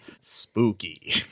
spooky